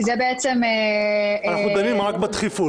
כי זה --- אנחנו דנים רק בדחיפות,